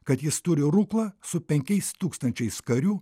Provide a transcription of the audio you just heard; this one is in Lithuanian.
kad jis turi ruklą su penkiais tūkstančiais karių